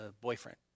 boyfriend